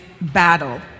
battle